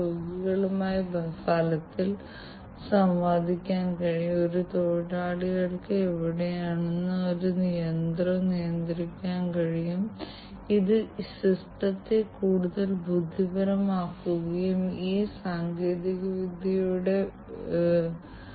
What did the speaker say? connectivity പ്രശ്നവും സ്കെയിലിംഗും നേരത്തെ ഈ മെഷീനുകളിൽ ഒറ്റപ്പെട്ട രീതിയിൽ ചെയ്തുകൊണ്ടിരുന്നു ഇപ്പോൾ നമ്മൾ സംസാരിക്കുന്നത് ഈ മൊത്തത്തിലുള്ള നെറ്റ്വർക്കിംഗ് ഈ മെഷീനുകൾക്കിടയിലുള്ള നെറ്റ്വർക്കിംഗ് ഈ ഐടി ഇൻഫ്രാസ്ട്രക്ചറുകൾ പാക്കേജിംഗിന്റെ സഹായത്തോടെ സെൻസറുകൾ ആക്യുവേറ്ററുകൾ എന്നിവയെക്കുറിച്ചാണ്